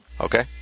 Okay